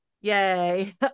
yay